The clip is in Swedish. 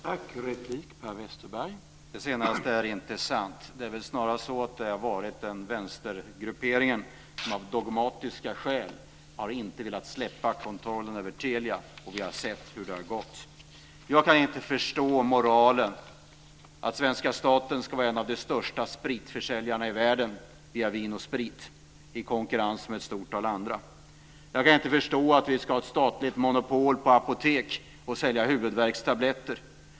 Herr talman! Det senaste är inte sant. Det är väl snarare så att det har varit vänstergrupperingen som av dogmatiska skäl inte har velat släppa kontrollen över Telia, och vi har sett hur det har gått. Jag kan inte förstå moralen i att svenska staten ska vara en av de största spritförsäljarna i världen via Vin & Sprit i konkurrens med ett stort antal andra. Jag kan inte förstå att vi ska ha ett statligt monopol på apotek, på att sälja huvudvärkstabletter.